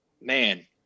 man